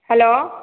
hello